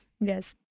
Yes